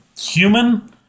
Human